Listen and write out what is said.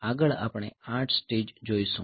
આગળ આપણે 8 સ્ટેજ જોઈશું